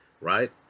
right